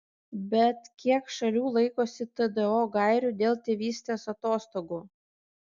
bet kiek šalių laikosi tdo gairių dėl tėvystės atostogų